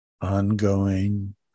ongoing